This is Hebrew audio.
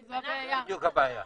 זו בדיוק הבעיה.